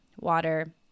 water